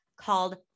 called